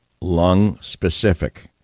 lung-specific